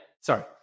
sorry